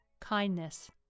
kindness